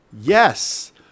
yes